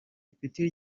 ipeti